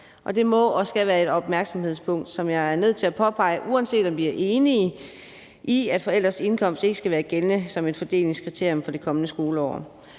det må og skal være et opmærksomhedspunkt, som jeg er nødt til at påpege, uanset om vi er enige i, at forældres indkomst ikke skal være gældende som et fordelingskriterium for det kommende skoleår.